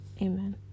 Amen